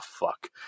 fuck